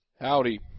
Howdy